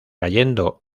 cayendo